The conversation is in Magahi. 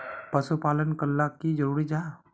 पशुपालन करना की जरूरी जाहा?